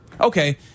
Okay